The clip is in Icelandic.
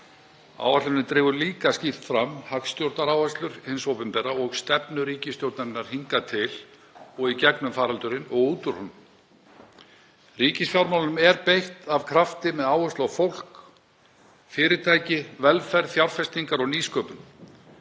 Áætlunin dregur líka skýrt fram hagstjórnaráherslur hins opinbera og stefnu ríkisstjórnarinnar hingað til og í gegnum faraldurinn og út úr honum. Ríkisfjármálunum er beitt af krafti með áherslu á fólk, fyrirtæki, velferð, fjárfestingar og nýsköpun,